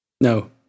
No